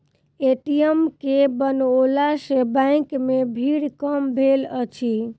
ATM के बनओला सॅ बैंक मे भीड़ कम भेलै अछि